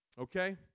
Okay